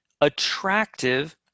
attractive